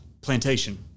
plantation